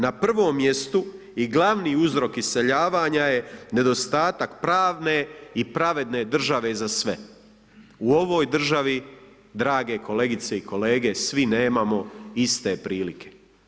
Na prvom mjestu i glavni uzrok iseljavanja je nedostatak pravne i pravedne države za sve, u ovoj državi drage kolegice i kolege svi nemamo iste prilike.